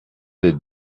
des